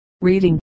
reading